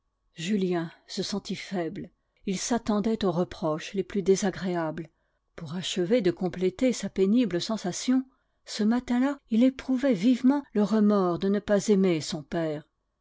julien se sentit faible il s'attendait aux reproches les plus désagréables pour achever de compléter sa pénible sensation ce matin-là il éprouvait vivement le remords de ne pas aimer son père